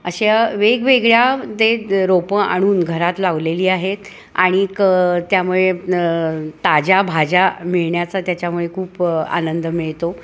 अशा वेगवेगळ्या ते रोपं आणून घरात लावलेली आहेत आणि त्यामुळे ताजा भाज्या मिळण्याचा त्याच्यामुळे खूप आनंद मिळतो